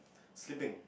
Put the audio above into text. sleeping